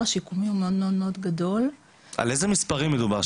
השיקומי הוא מאוד גדול --- על איזה מספרים מדובר,